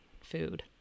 food